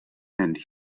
and